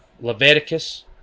Leviticus